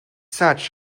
such